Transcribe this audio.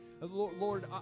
lord